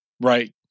right